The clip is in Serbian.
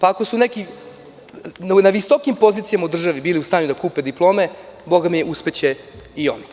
Ako su neki na visokim pozicijama u državi bili u stanju da kupe diplome, bogami uspeće i oni.